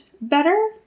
better